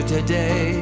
today